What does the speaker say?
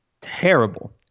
terrible